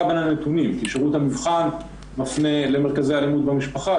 בין הנתונים כי שירות המבחן מפנה למרכזי האלימות במשפחה,